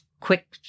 quick